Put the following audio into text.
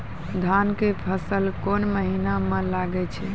धान के फसल कोन महिना म लागे छै?